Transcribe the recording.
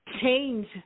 change